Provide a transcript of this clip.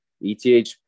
ETH